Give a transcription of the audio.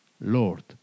Lord